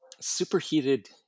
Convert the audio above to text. superheated